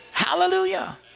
Hallelujah